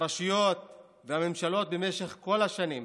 הרשויות והממשלות במשך כל השנים.